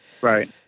Right